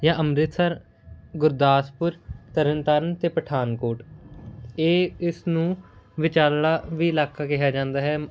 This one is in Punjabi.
ਜਾਂ ਅੰਮ੍ਰਿਤਸਰ ਗੁਰਦਾਸਪੁਰ ਤਰਨ ਤਾਰਨ ਅਤੇ ਪਠਾਨਕੋਟ ਇਹ ਇਸ ਨੂੰ ਵਿਚਾਲੜਾ ਵੀ ਇਲਾਕਾ ਕਿਹਾ ਜਾਂਦਾ ਹੈ